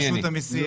ענייני.